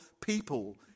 people